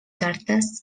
cartes